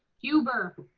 huber.